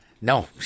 No